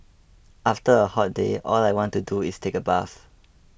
after a hot day all I want to do is take a bath